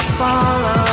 follow